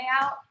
out